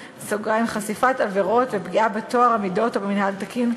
(חשיפת עבירות ופגיעה בטוהר המידות או במינהל התקין),